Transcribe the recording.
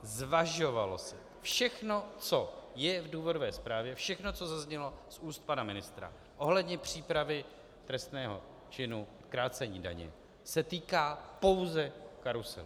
Zvažovalo se všechno, co je v důvodové zprávě, všechno, co zaznělo z úst pana ministra ohledně přípravy trestného činu krácení daně, se týká pouze karuselu.